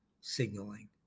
signaling